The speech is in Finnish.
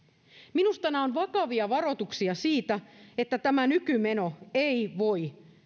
minusta nämä ovat vakavia varoituksia siitä että tämä nykymeno ei voi